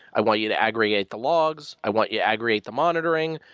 i want you to aggregate the logs. i want you to aggregate the monitoring.